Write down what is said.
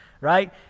right